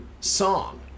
song